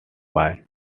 bay